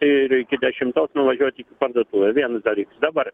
ir iki dešimtos nuvažiuot iki parduotuvės viens dalyk dabar